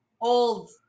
old